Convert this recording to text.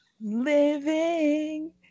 living